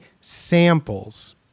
samples